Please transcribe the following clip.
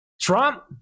Trump